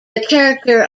character